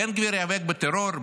בן גביר יאבק בטרור?